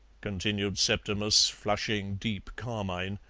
continued septimus, flushing deep carmine,